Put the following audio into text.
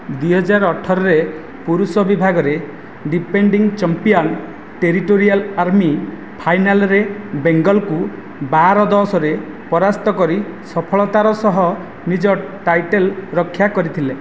ଦୁଇ ହଜାର ଅଠରରେ ପୁରୁଷ ବିଭାଗରେ defending champion territorial army final ରେ ବେଙ୍ଗଲ୍ କୁ ବାର ଦଶ ରେ ପରାସ୍ତ କରି ସଫଳତାର ସହ ନିଜ ଟାଇଟଲ୍ ରକ୍ଷା କରିଥିଲେ